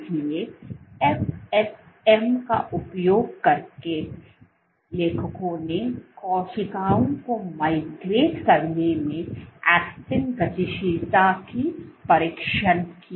इसलिए FSM का उपयोग करते हुए लेखकों ने कोशिकाओं को माइग्रेट करने में ऐक्टिन गतिशीलता की परीक्षण किया